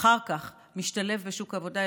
אחר כך משתלב בשוק העבודה.